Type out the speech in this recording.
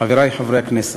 חברי חברי הכנסת,